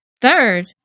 third